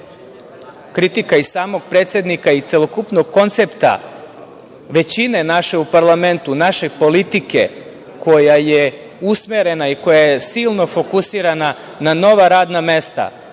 kritika i samog predsednika i celokupnog koncepta većine naše u parlamentu, naše politike koja je usmerena i koja je silno fokusirana na nova radna mesta,